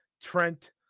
trent